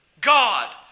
God